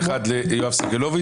חבר הכנסת יוראי להב